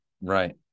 right